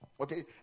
okay